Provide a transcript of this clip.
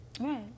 Right